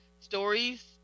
stories